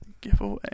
Giveaway